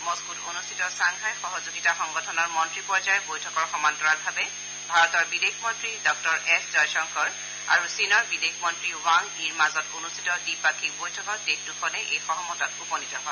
মস্কোত অনুষ্ঠিত ছাংঘাই সহযোগিতা সংগঠনৰ মন্ত্ৰী পৰ্যায়ৰ বৈঠকৰ সমান্তৰালভাৱে ভাৰতৰ বিদেশমন্ত্ৰী ডঃ এছ জয়শংকৰ আৰু চীনৰ বিদেশমন্ত্ৰী ৱাং য়িৰ মাজত অনুষ্ঠিত দ্বিপাক্ষিক বৈঠকত দেশ দুখনে এই সহমতত উপনীত হয়